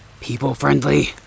People-friendly